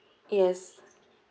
yes